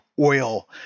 oil